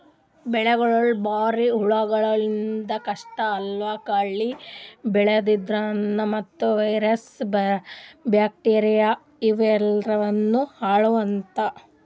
ಬೆಳಿಗೊಳ್ ಬರಿ ಹುಳಗಳಿಂದ್ ಅಷ್ಟೇ ಅಲ್ಲಾ ಕಳಿ ಬೆಳ್ಯಾದ್ರಿನ್ದ ಮತ್ತ್ ವೈರಸ್ ಬ್ಯಾಕ್ಟೀರಿಯಾ ಇವಾದ್ರಿನ್ದನೂ ಹಾಳಾತವ್